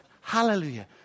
Hallelujah